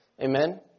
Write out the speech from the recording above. amen